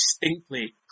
distinctly